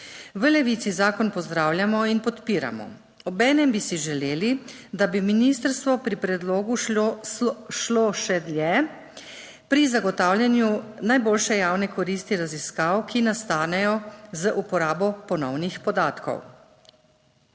V Levici zakon pozdravljamo in podpiramo. Obenem bi si želeli, da bi ministrstvo pri predlogu šlo še dlje pri zagotavljanju najboljše javne koristi raziskav, ki nastanejo z uporabo ponovnih podatkov.